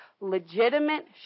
legitimate